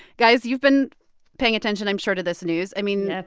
guys, you've been paying attention, i'm sure, to this news. i mean,